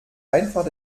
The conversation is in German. einfach